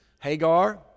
Hagar